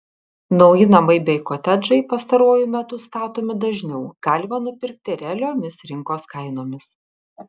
nauji namai bei kotedžai pastaruoju metu statomi dažniau galima nupirkti realiomis rinkos kainomis